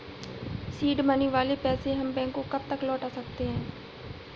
Seed money वाले पैसे हम बैंक को कब तक लौटा सकते हैं?